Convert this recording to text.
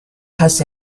has